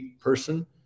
person